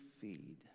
feed